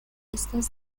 estas